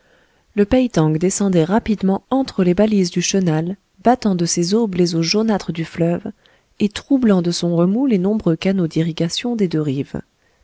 le peï tang descendait rapidement entre les balises du chenal battant de ses aubes les eaux jaunâtres du fleuve et troublant de son remous les nombreux canaux d'irrigation des deux rives